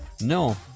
No